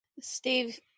Steve